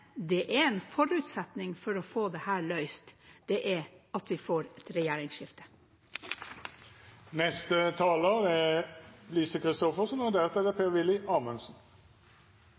det er én forutsetning for å få dette løst, og det er at vi får et regjeringsskifte. Som representanten Myrli sa før i dag, er det